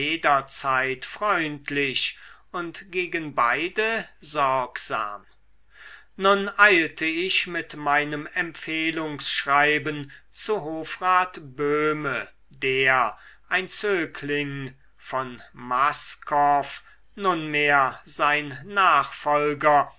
jederzeit freundlich und gegen beide sorgsam nun eilte ich mit meinem empfehlungsschreiben zu hofrat böhme der ein zögling von mascov nunmehr sein nachfolger